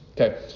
Okay